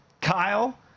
Kyle